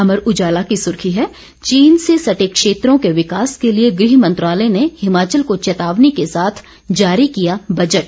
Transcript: अमर उजाला की सुर्खी है चीन से सटे क्षेत्रों के विकास के लिए गृह मंत्रालय ने हिमाचल को चेतावनी के साथ जारी किया बजट